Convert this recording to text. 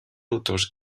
autors